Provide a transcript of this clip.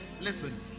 Listen